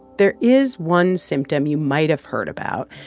there is one symptom you might have heard about,